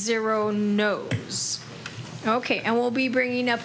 zero no it's ok i will be bringing up